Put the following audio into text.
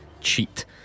cheat